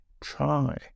try